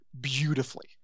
beautifully